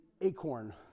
acorn